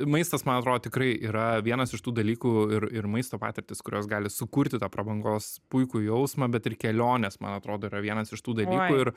maistas man atrodo tikrai yra vienas iš tų dalykų ir ir maisto patirtys kurios gali sukurti tą prabangos puikų jausmą bet ir kelionės man atrodo yra vienas iš tų dalykų ir